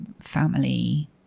family